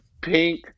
pink